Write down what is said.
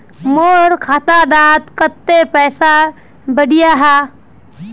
मोर खाता डात कत्ते पैसा बढ़ियाहा?